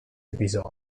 episodi